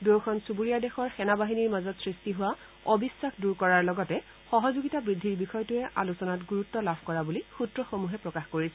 দুয়োখন চুবুৰীয়া দেশৰ সেনাবাহিনীৰ মাজত সৃষ্টি হোৱা অবিশ্বাস দূৰ কৰাৰ লগতে সহযোগিতা বৃদ্ধিৰ বিষয়টোৱে আলোচনাত গুৰুত্ব লাভ কৰা বুলি সূত্ৰসমূহে প্ৰকাশ কৰিছে